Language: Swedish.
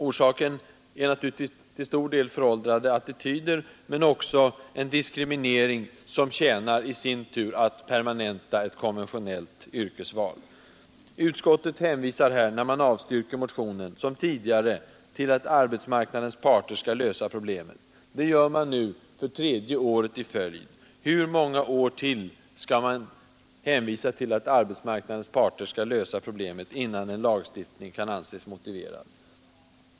Orsaken är väl naturligtvis till stor del föråldrade attityder men också en diskriminering som i sin tur tjänar till att permanenta ett konventionellt yrkesval. Utskottet hänvisar här, när det avstyrker motionen, som tidigare till att arbetsmarknadens parter skall lösa problemet. Det gör man nu för tredje året i följd. Hur många år till skall man hänvisa till arbetsmarknadens parter innan en lagstiftning kan anses motiverad?